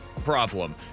problem